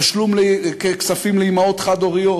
תשלום כספים לאימהות חד-הוריות,